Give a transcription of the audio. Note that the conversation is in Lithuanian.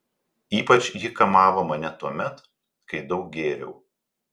ypač ji kamavo mane tuomet kai daug gėriau